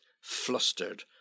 flustered